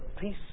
peace